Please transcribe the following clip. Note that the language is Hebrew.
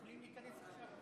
הם יכולים להיכנס עכשיו.